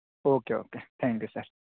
okay okay thank you sir